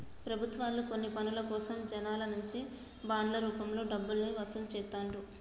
ప్రభుత్వాలు కొన్ని పనుల కోసం జనాల నుంచి బాండ్ల రూపంలో డబ్బుల్ని వసూలు చేత్తండ్రు